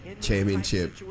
championship